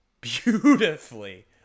beautifully